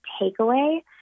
takeaway